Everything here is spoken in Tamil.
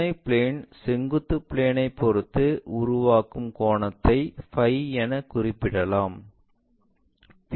துணை பிளேன் செங்குத்து பிளேன்ஐப் பொறுத்து உருவாக்கும் கோணத்தை பை என குறிப்பிடலாம்